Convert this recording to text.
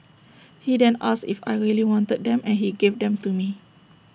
he didn't asked if I really wanted them and he gave them to me